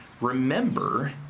remember